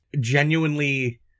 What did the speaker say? genuinely